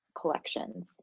collections